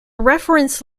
reference